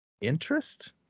interest